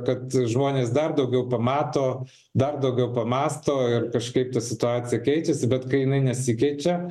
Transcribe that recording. kad žmonės dar daugiau pamato dar daugiau pamąsto ir kažkaip ta situacija keičiasi bet kai jinai nesikeičia